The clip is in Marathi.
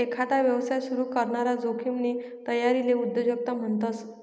एकांदा यवसाय सुरू कराना जोखिमनी तयारीले उद्योजकता म्हणतस